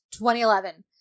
2011